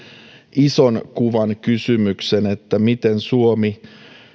ison kuvan kysymyksen että miten suomi